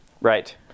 Right